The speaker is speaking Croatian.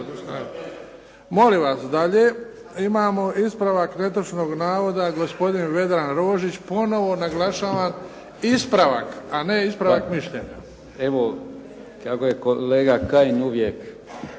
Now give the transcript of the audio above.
Molim vas, imamo ispravak netočnog navoda gospodin Vedran Rožić. Ponovno naglašavam, ispravak a ne ispravak mišljenja. **Rožić, Vedran (HDZ)**